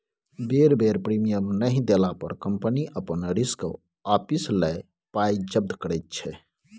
बेर बेर प्रीमियम नहि देला पर कंपनी अपन रिस्क आपिस लए पाइ जब्त करैत छै